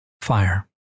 fire